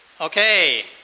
okay